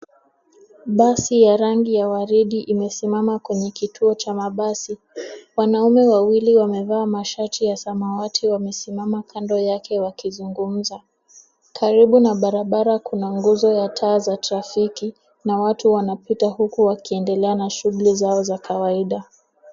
Basi ya rangi ya waridi imesimama kwenye kituo cha mabasi. Wanaume wawili wamevaa mashati ya samawati wamesimama kando yake wakizungumza. Karibu na barabara kuna nguzo ya taa za trafiki na watu wanapita huku wakiendelea na shughuli zao za kawaida.